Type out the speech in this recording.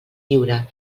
lliure